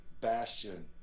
bastion